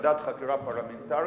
ועדת חקירה פרלמנטרית,